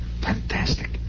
Fantastic